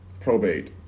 probate